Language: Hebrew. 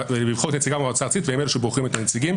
לבחור את נציגי המועצה הארצית והם אלו שבוחרים את הנציגים.